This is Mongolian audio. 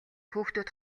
хүүхдүүд